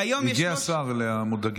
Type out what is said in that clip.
כיום יש, הגיע השר, למודאגים.